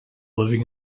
living